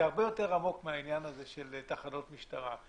זה הרבה יותר עמוק מהעניין של תחנות משטרה.